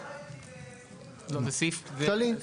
כללי.